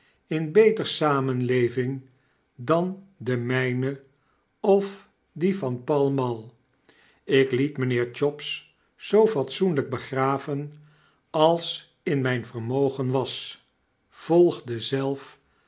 in beter samenleving dan de myne of die van pall mall ik liet mynheer chops zoo fatsoenlijk begraven als in myn vermogen was volgile